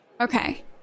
Okay